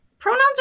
Pronouns